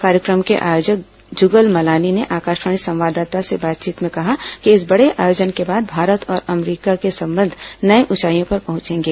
कार्यक्रम के आयोजक जूगल मलानी ने आकाशवाणी संवाददाता से बातचीत में कहा कि इस बडे आयोजन के बाद भारत और अमरीका के संबंध नई ऊंचाई पर पहुंचेंगे